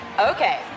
Okay